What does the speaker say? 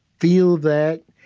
feel that,